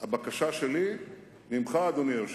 הבקשה שלי ממך, אדוני היושב-ראש,